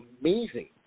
amazing